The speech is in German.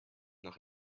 noch